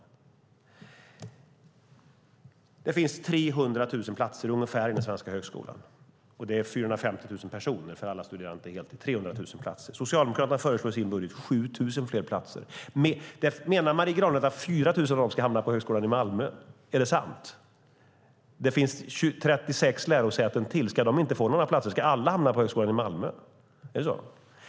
Det finns ungefär 300 000 platser i den svenska högskolan, och det är 450 000 personer eftersom alla inte studerar på heltid. Socialdemokraterna föreslår i sin budget 7 000 fler platser. Menar Marie Granlund att 4 000 av dem ska hamna på högskolan i Malmö? Är det sant? Det finns 36 lärosäten till - ska de inte få några platser? Ska alla hamna på högskolan i Malmö?